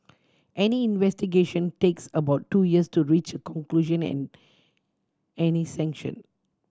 any investigation takes about two years to reach a conclusion and any sanction